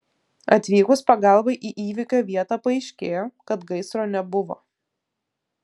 atvykus pagalbai į įvykio vietą paaiškėjo kad gaisro nebuvo